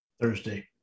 Thursday